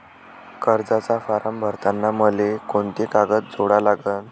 कर्जाचा फारम भरताना मले कोंते कागद जोडा लागन?